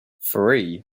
three